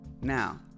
Now